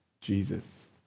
Jesus